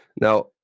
Now